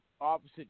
opposite